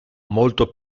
molto